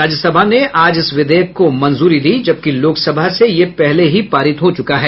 राज्यसभा ने आज इस विधेयक को मंजूरी दी जबकि लोकसभा से ये पहले ही पारित हो चुका है